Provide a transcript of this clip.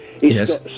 Yes